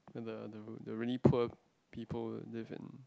where the really poor people live in